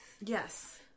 Yes